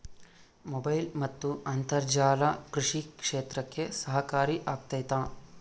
Mobile ಮತ್ತು ಅಂತರ್ಜಾಲ ಕೃಷಿ ಕ್ಷೇತ್ರಕ್ಕೆ ಸಹಕಾರಿ ಆಗ್ತೈತಾ?